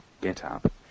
GetUp